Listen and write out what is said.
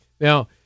Now